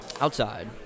outside